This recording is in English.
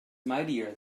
mightier